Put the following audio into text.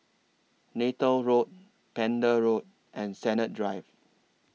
Neythal Road Pender Road and Sennett Drive